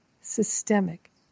Systemic